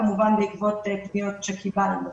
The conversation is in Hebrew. כמובן בעקבות פניות שקיבלנו.